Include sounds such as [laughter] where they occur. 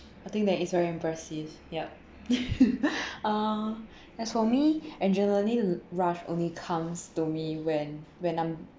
I think that it's very impressive yup [laughs] uh as for me [breath] adrenaline rush only comes to me when when I'm